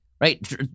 right